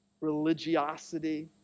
religiosity